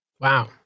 wow